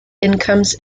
incomes